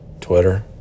Twitter